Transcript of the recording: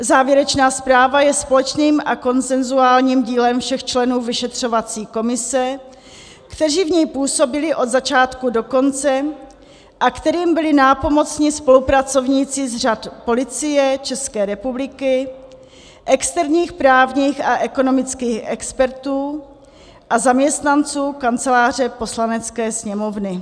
Závěrečná zpráva je společným a konsenzuálním dílem všech členů vyšetřovací komise, kteří v ní působili od začátku do konce a kterým byli nápomocni spolupracovníci z řad Policie České republiky, externích právních a ekonomických expertů a zaměstnanců Kanceláře Poslanecké sněmovny.